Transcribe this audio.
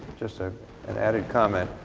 just ah an added comment,